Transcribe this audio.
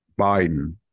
biden